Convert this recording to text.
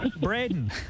Braden